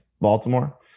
Baltimore